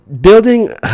building